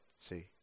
see